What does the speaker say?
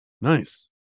Nice